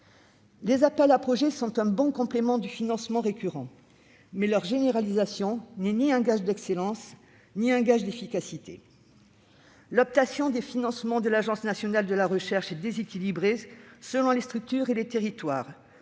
Les appels à projets sont un bon complément du financement récurrent, mais leur généralisation n'est ni un gage d'excellence ni un gage d'efficacité. La répartition des financements de l'Agence nationale de la recherche est déséquilibrée selon les structures et les territoires